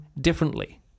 differently